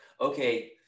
okay